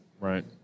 Right